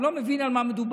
הוא לא מבין על מה מדובר,